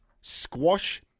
squash